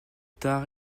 tard